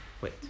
wait